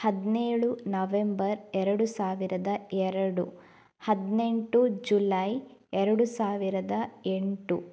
ಹದಿನೇಳು ನವೆಂಬರ್ ಎರಡು ಸಾವಿರದ ಎರಡು ಹದಿನೆಂಟು ಜುಲೈ ಎರಡು ಸಾವಿರದ ಎಂಟು